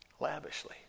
Lavishly